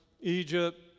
Egypt